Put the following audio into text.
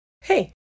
Hey